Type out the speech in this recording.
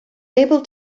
able